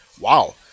wow